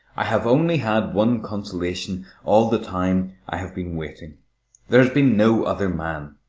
i have only had one consolation all the time i have been waiting there has been no other man.